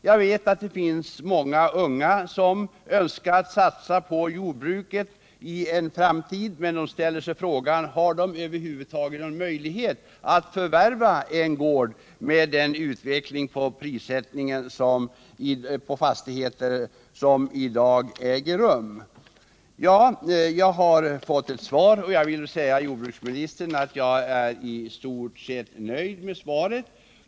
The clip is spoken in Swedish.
Jag vet också att det finns många unga människor som skulle vilja satsa på jordbruket i en framtid, men de frågar sig om de över huvud taget har någon möjlighet att förvärva en gård med den prisutveckling för fastigheter som i dag äger rum. Jag har fått svar på min interpellation, och jag vill säga jordbruksministern att jag i stort sett är nöjd med det.